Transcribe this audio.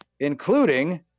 Including